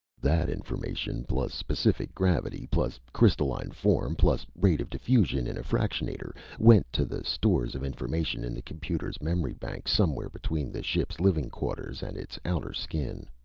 that information, plus specific gravity, plus crystalline form, plus rate of diffusion in a fractionator, went to the stores of information in the computer's memory banks somewhere between the ship's living quarters and its outer skin.